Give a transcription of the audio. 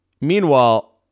Meanwhile